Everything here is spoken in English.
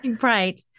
Right